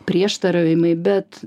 prieštaravimai bet